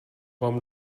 vám